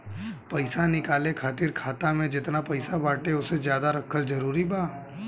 पईसा निकाले खातिर खाता मे जेतना पईसा बाटे ओसे ज्यादा रखल जरूरी बा?